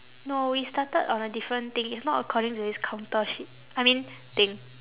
no we started on a different thing it's not according to this counter shit I mean thing